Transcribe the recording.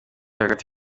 hagati